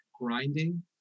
grinding